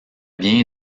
bien